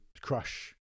crush